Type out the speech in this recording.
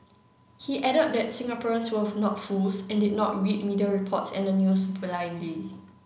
he added that Singaporeans were not fools and did not read media reports and the news blindly